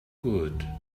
good